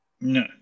No